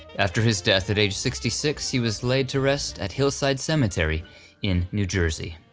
after his death at age sixty six he was laid to rest at hillside cemetery in new jersey.